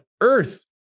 earth